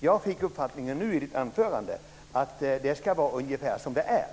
Jag fick av anförandet uppfattningen att det ska vara ungefär som det är.